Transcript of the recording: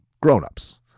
grownups